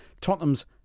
Tottenham's